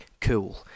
cool